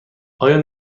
آیا